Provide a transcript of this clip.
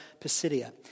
Pisidia